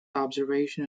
observation